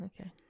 Okay